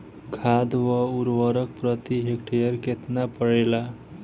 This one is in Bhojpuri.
खाद व उर्वरक प्रति हेक्टेयर केतना परेला?